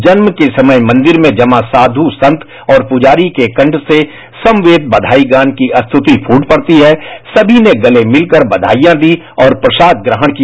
जन्म के समय मंदिर में जन्म साध्वसंत और पुजारी के कठ से समयेत ब्याई गान की स्तृति छूट पढ़ती हैसमी ने गते मिलकर ब्याइयां दीं और प्रसाद ग्रहण किया